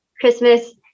Christmas